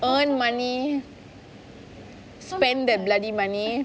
earn money spend that bloody money